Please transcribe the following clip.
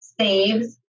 saves